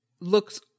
looks